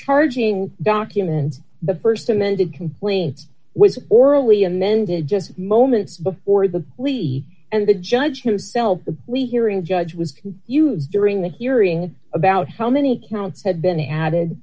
charging documents the st amended complaint was orally amended just moments before the we and the judge himself we hearing judge was used during the hearing about how many counts had been added